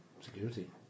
security